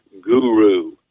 guru